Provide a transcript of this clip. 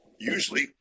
usually